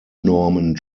norman